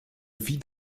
vit